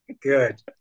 Good